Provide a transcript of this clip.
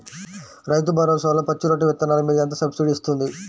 రైతు భరోసాలో పచ్చి రొట్టె విత్తనాలు మీద ఎంత సబ్సిడీ ఇస్తుంది?